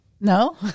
No